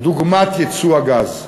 דוגמת ייצוא הגז.